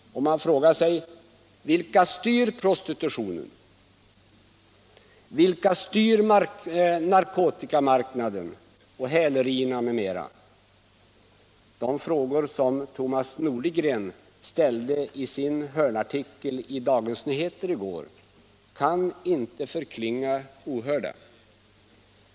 Och man frågar sig: Vilka styr prostitutionen? Vilka styr narkotikamarknaden och häleriverksamheten m.m.? De frågor som Thomas Nordegren ställde i sin hörnartikel i Dagens Nyheter i går kan inte förklinga ohörda.